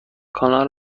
کانال